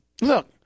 Look